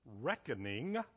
reckoning